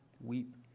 weep